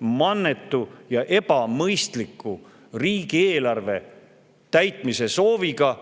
mannetu ja ebamõistliku riigieelarve täitmise sooviga,